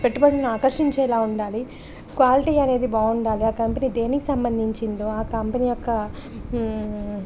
పెట్టుబడిని ఆకర్షించేలా ఉండాలి క్వాలిటీ అనేది బాగుండాలి ఆ కంపెనీ దేనికి సంబంధించిందో ఆ కంపెనీ యొక్క